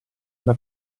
alla